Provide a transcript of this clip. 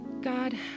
God